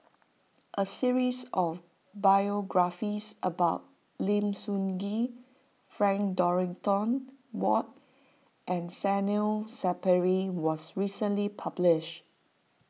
a series of biographies about Lim Sun Gee Frank Dorrington Ward and Zainal Sapari was recently publish